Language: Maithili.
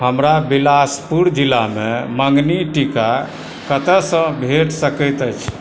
हमरा बिलासपुर जिलामे मँगनी टीका कतऽसँ भेट सकैत अछि